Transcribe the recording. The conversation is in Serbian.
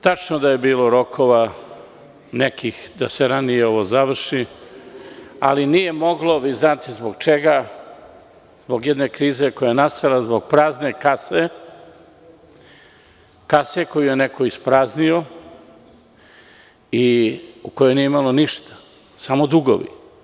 Tačno da je bilo rokova nekih da se ovo ranije završi, ali nije moglo, vi znate zbog čega, zbog jedne krize koja je nastala zbog prazne kase, kase koju je neko ispraznio i u kojoj nije imalo ništa, samo dugovi.